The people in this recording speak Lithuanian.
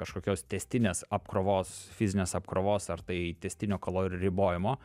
kažkokios tęstinės apkrovos fizinės apkrovos ar tai tęstinio kalorijų ribojimo